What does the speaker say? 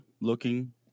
looking